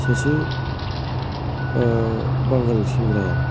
सासे बांगाल सेंग्राया